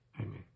Amen